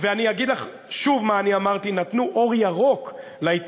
ואני אגיד לך שוב מה אני אמרתי: נתנו אור ירוק להתנהגות,